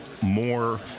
more